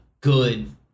good